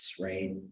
right